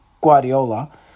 Guardiola